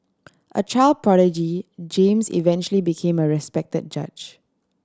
a child prodigy James eventually became a respect judge